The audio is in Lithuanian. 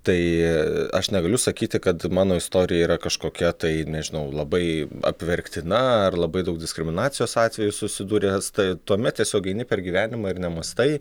tai aš negaliu sakyti kad mano istorija yra kažkokia tai nežinau labai apverktina ar labai daug diskriminacijos atvejų susidūręs tai tuomet tiesiog eini per gyvenimą ir nemąstai